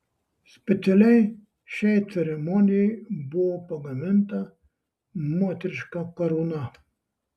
specialiai šiai ceremonijai buvo pagaminta moteriška karūna